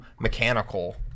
mechanical